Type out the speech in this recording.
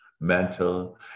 mental